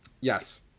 Yes